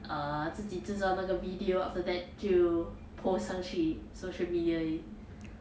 uh 自己制造那个 video after that 就 post 上去 social media 而已